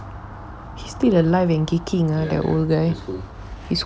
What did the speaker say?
he is still alive in kicking ah that old guy he is cool he is cool cool guy